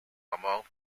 among